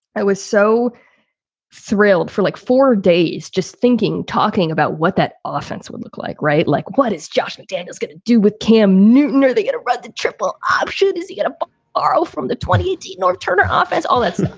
i was so thrilled for, like four days, just thinking talking about what that ah offense would look like. right. like what? it's judgment day. and it's got to do with cam newton or they get to read. the triple option is you get a r o from the twenty eighteen or turn it off as all that's.